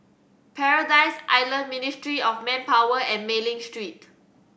Paradise Island Ministry of Manpower and Mei Ling Street